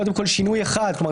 קודם כול שינוי אחד כלומר,